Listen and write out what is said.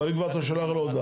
אבל אם כבר אתה שולח לו הודעה,